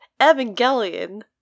Evangelion